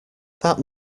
that